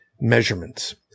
measurements